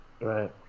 Right